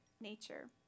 nature